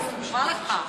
איזו שפה יש לך.